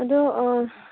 ꯑꯗꯣ ꯑꯥ